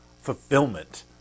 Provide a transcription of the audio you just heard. fulfillment